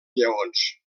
lleons